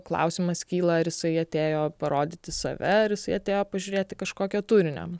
klausimas kyla ar jisai atėjo parodyti save ar jisai atėjo pažiūrėti kažkokio turinio